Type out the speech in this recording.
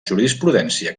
jurisprudència